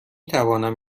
توانم